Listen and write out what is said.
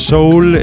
Soul